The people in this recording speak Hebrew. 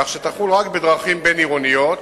כך שתחול רק בדרכים בין-עירוניות,